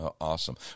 Awesome